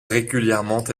régulièrement